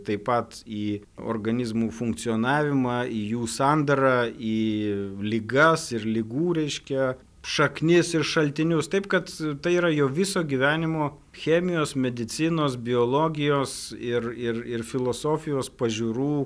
taip pat į organizmų funkcionavimą į jų sandarą į ligas ir ligų reiškia šaknis ir šaltinius taip kad tai yra jo viso gyvenimo chemijos medicinos biologijos ir ir ir filosofijos pažiūrų